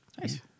Nice